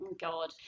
god